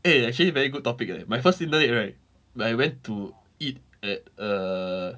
eh actually very good topic leh my first Tinder date right when I went to eat at err